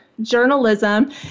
Journalism